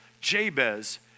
Jabez